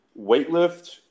weightlift